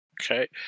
okay